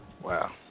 Wow